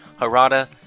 harada